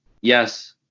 Yes